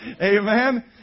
Amen